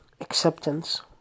acceptance